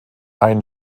ein